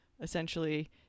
essentially